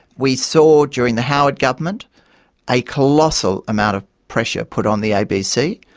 we saw during the howard government a colossal amount of pressure put on the abc,